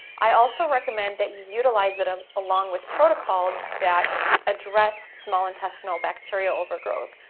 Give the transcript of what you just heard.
i also recommend that you utilize it ah along with protocols that address small intestinal bacteria overgrowth.